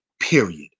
period